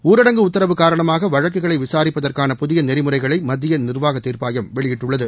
ஊரடங்கு உத்தரவு காரணமாக வழக்குகளை விசாரிப்பதற்கான புதிய நெறிமுறைகளை மத்திய நிர்வாக தீர்ப்பாயம் வெளியிட்டுள்ளது